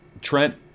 Trent